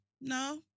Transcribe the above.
no